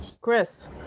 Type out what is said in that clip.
Chris